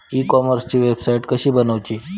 E कॉमर्सची website कशी बनवची?